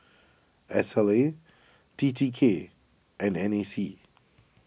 Sla T T K and N A C